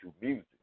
music